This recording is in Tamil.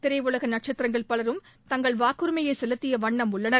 திரையுலகநட்சத்திரங்கள் பலரும் தங்கள் வாக்குரிமையைசெலுத்தியவன்ணம் உள்ளனர்